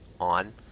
on